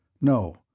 No